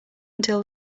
until